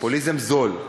פופוליזם זול.